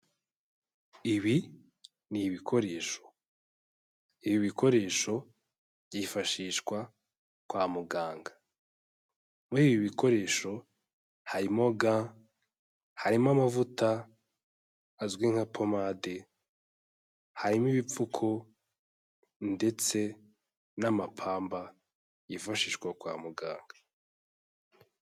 Ibi ni ibikoresho. Ibi bikoresho byifashishwa kwa muganga. Muri ibi bikoresho, harimo ga, harimo amavuta azwi nka pomade, harimo ibipfuko ndetse n'amapamba yifashishwa kwa muganga.